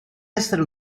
essere